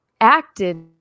acted